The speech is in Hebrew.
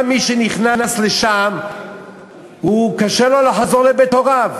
מי שנכנס לשם קשה לו לחזור לבית הוריו.